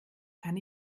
kann